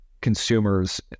consumers